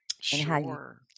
Sure